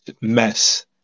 mess